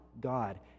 God